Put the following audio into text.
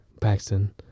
Paxton